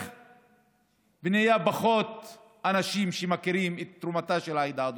הולכים ונהיים פחות אנשים שמכירים את תרומתה של העדה הדרוזית.